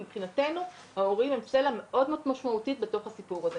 למי זה לא מגיע,